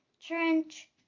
trench